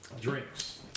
drinks